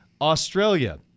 Australia